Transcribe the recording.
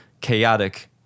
chaotic